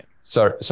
Sorry